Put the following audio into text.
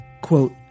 Quote